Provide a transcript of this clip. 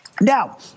Now